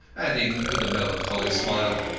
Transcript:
adding, with a melancholy smile,